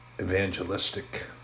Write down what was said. evangelistic